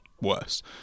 worse